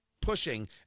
Pushing